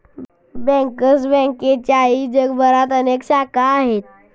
bankers बँकेच्याही जगभरात अनेक शाखा आहेत